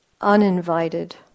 uninvited